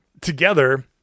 together